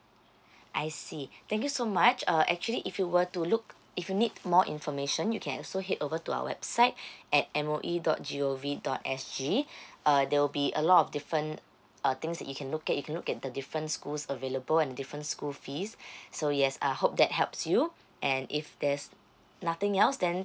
I see thank you so much uh actually if you were to look if you need more information you can also head over to our website at M O E dot G O V dot S G uh there will be a lot of different uh things you can look at you look at the different schools available and different school fees so yes I hope that helps you and if there's nothing else then